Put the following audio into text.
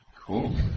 Cool